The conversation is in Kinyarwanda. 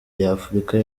y’afurika